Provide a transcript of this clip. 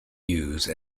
use